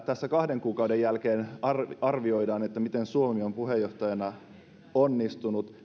tässä kahden kuukauden jälkeen arvioidaan miten suomi on puheenjohtajana onnistunut